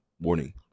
warning